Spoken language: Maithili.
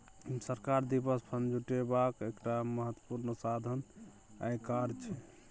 सरकार दिससँ फंड जुटेबाक एकटा महत्वपूर्ण साधन आयकर छै